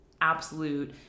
absolute